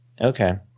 Okay